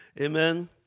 Amen